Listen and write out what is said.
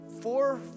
four